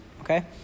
Okay